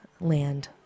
land